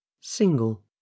single